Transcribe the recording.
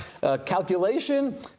calculation